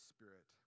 Spirit